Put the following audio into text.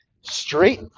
straight